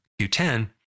Q10